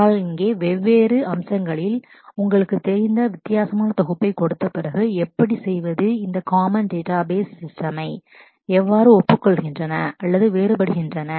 ஆனால் இங்கே வெவ்வேறு different அம்சங்களில் aspects உங்களுக்குத் தெரிந்த வித்தியாசமான தொகுப்பைக் கொடுத்த பிறகு எப்படி செய்வது இந்த common database common database RDMS சிஸ்டமை எவ்வாறு ஒப்புக்கொள்கின்றன agree அல்லது வேறுபடுகின்றன